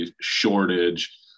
shortage